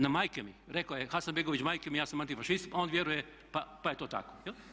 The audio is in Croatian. Na majke mi, rekao je Hasanbegović majke mi ja sam antifašist i on vjeruje pa je to tako.